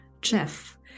Jeff